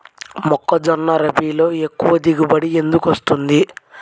మొక్కజొన్న రబీలో ఎక్కువ దిగుబడి ఎందుకు వస్తుంది?